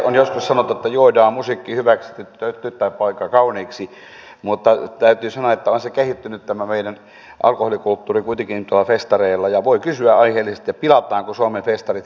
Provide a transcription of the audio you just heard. on joskus sanottu että juodaan musiikki hyväksi ja tyttö tai poika kauniiksi mutta täytyy sanoa että tämä meidän alkoholikulttuuri on kehittynyt kuitenkin tuolla festareilla ja voi kysyä aiheellisesti pilataanko suomen festarit kielloilla